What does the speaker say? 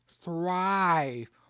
thrive